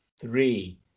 three